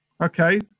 Okay